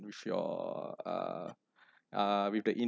with your uh uh with the